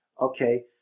Okay